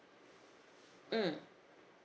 mm